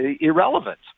irrelevant